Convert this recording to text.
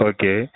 Okay